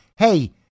hey